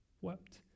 wept